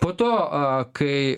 po to a kai